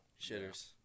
Shitters